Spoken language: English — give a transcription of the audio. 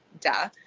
duh